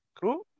cool